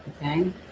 okay